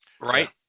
right